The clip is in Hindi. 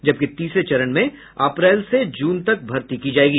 जबकि तीसरे चरण में अप्रैल से जून तक भर्ती की जायेगी